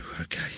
okay